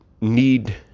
need